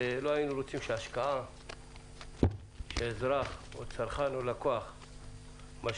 ולא היינו רוצים שההשקעה שאזרח או צרכן או לקוח משקיעים,